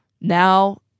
Now